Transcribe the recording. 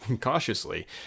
cautiously